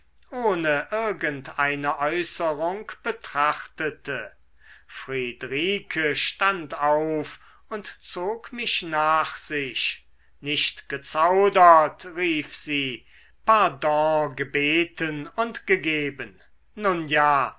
ohne irgend eine äußerung betrachtete friedrike stand auf und zog mich nach sich nicht gezaudert rief sie pardon gebeten und gegeben nun ja